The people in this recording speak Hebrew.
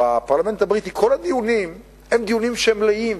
בפרלמנט הבריטי כל הדיונים הם דיונים שהם מלאים.